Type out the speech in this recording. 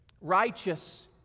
Righteous